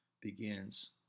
begins